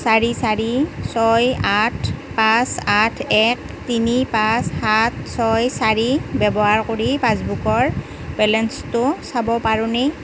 চাৰি চাৰি ছয় আঠ পাঁচ আঠ এক তিনি পাঁচ সাত ছয় চাৰি ব্যৱহাৰ কৰি পাছবুকৰ বেলেঞ্চটো চাব পাৰোঁনে